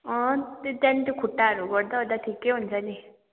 अँ त्यहाँ त्यहाँनिर त खुट्टाहरू गर्दाओर्दा ठिकै हुन्छ नि